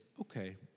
okay